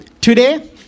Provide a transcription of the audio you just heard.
today